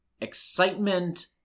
excitement